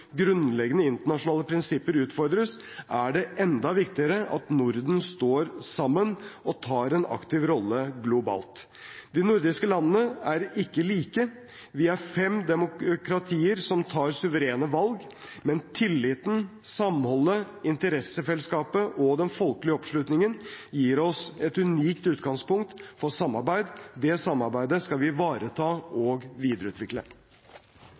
grunnleggende internasjonale prinsipper utfordres, er det enda viktigere at Norden står sammen og tar en aktiv rolle globalt. De nordiske landene er ikke like. Vi er fem demokratier som tar suverene valg. Men tilliten, samholdet, interessefellesskapet og den folkelige oppslutningen gir oss et unikt utgangspunkt for samarbeid. Det samarbeidet skal vi ivareta og videreutvikle.